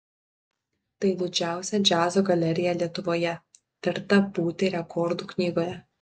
tai didžiausia džiazo galerija lietuvoje verta būti rekordų knygoje